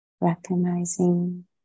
recognizing